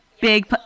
big